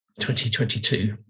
2022